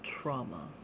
Trauma